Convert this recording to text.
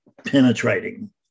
penetrating